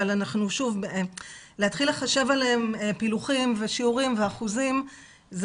אבל להתחיל לחשב עליהם פילוחים ושיעורים ואחוזים זה